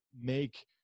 make